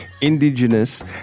Indigenous